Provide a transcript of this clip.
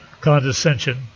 condescension